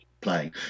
playing